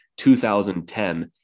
2010